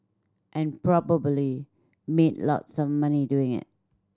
and probably made lots of money doing it